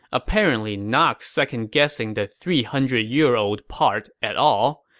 apparently not second-guessing the three hundred year old part at all,